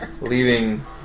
leaving